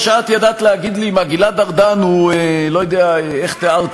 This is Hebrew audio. הוא באמת, תשמע,